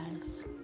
guys